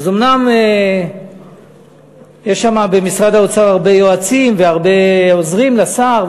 אז אומנם יש שם במשרד האוצר הרבה יועצים והרבה עוזרים לשר,